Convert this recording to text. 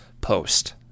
post